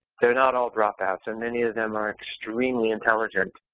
they're not all dropouts and many of them are extremely intelligent.